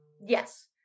Yes